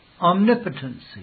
omnipotency